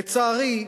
לצערי,